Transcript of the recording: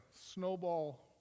snowball